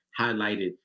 highlighted